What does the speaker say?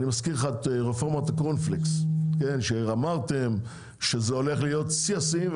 אני מזכיר לך את רפורמת קורנפלקס שאמרתם שזה הולך להיות שיא השיאים,